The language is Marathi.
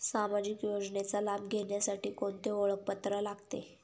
सामाजिक योजनेचा लाभ घेण्यासाठी कोणते ओळखपत्र लागते?